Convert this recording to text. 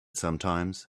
sometimes